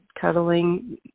cuddling